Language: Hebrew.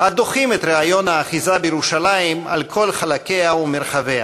הדוחים את רעיון האחיזה בירושלים על כל חלקיה ומרחביה.